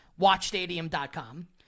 Watchstadium.com